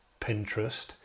Pinterest